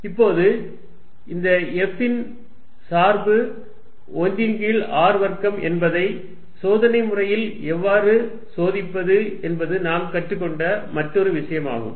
F1 14π0q1q2r122r1214π0q1q2r123r21 இப்போது இந்த F ன் சார்பு 1 ன் கீழ் r வர்க்கம் என்பதை சோதனை முறையில் எவ்வாறு சோதிப்பது என்பது நாம் கற்றுக்கொண்ட மற்ற விஷயம் ஆகும்